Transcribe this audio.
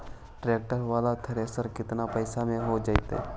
Tractor बाला thresher केतना पैसा में हो जैतै?